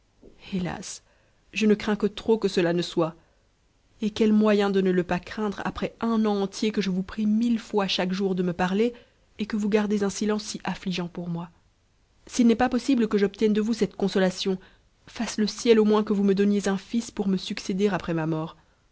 hélas je ne crains que trop que cela ne soit et quel moyen de ne le pas craindre après un an entier que je vous prie mille fois chaque jour de me parler et que vous gardez un silence si anij ant pour moi s'i n'est pas possible que j'obtienne de vous cette consotation fasse le ciel au moins que vous me donniez un fils pour me suc fdcr après ma mort